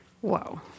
Whoa